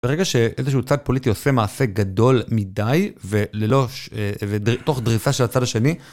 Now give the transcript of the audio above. ברגע שאיזשהו צד פוליטי עושה מעשה גדול מדי וללא, ותוך דריסה של הצד השני